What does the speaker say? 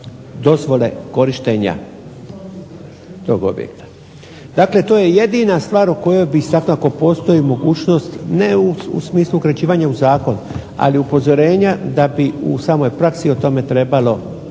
dozvole korištenja tog objekta. Dakle, to je jedina stvar o kojoj bi svakako postoji mogućnost ne u smislu uključivanja u zakon. Ali upozorenja da bi u samoj praksi o tome trebalo voditi